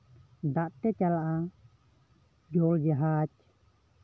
ᱫᱟᱜ ᱛᱮ ᱪᱟᱞᱟᱜᱼᱟ ᱯᱤᱨᱳᱨ ᱡᱟᱦᱟᱡᱽ